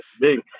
Big